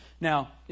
Now